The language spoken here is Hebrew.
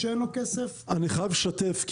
אני חייב לשתף.